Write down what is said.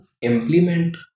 implement